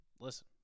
Listen